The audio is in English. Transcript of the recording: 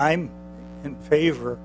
i'm in favor